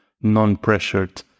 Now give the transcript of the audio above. non-pressured